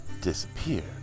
disappeared